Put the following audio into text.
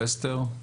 בבקשה.